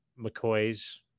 mccoy's